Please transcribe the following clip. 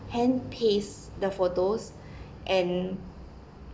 hand paste the photos and